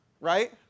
right